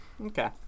Okay